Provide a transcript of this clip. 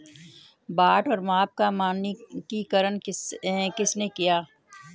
बाट और माप का मानकीकरण किसने किया?